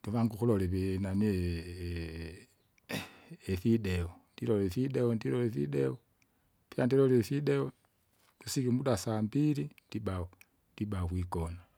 ndivange ukulole ivinani ifideo, ndilole ifideo ndilole ifideo, ndyandiloli ifideo, kusika umuda sambili ndibau, ndibau kwigona.